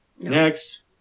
Next